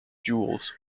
jewels